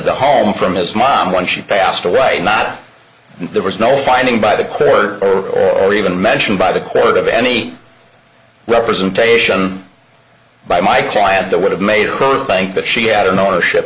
the home from his mom when she passed a right not there was no finding by the court or even mentioned by the court of any representation by my client that would have made her think that she had an ownership